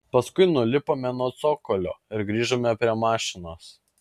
paskui nulipome nuo cokolio ir grįžome prie mašinos